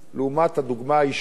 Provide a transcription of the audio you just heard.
לעומת הדוגמה האישית